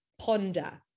Ponder